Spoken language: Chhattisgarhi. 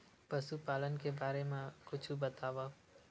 पशुपालन के बारे मा कुछु बतावव?